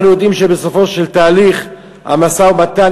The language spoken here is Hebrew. יודעים שבסופו של תהליך המשא-ומתן,